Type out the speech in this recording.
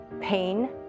pain